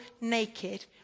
naked